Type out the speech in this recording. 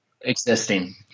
existing